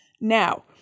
Now